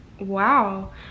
Wow